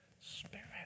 spirit